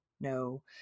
no